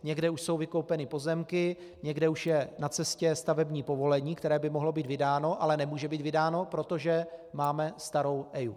Někde už jsou vykoupeny pozemky, někde už je na cestě stavební povolení, které by mohlo být vydáno, ale nemůže být vydáno, protože máme starou EIA.